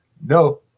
no